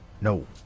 No